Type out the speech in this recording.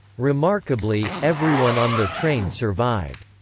remarkably, everyone on the train survived.